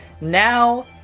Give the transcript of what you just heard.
Now